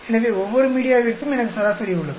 எனவே ஒவ்வொரு மீடியாவிற்கும் எனக்கு சராசரி உள்ளது